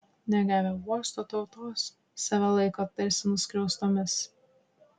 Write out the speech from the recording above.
negavę uostų tautos save laiko tarsi nuskriaustomis